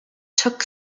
took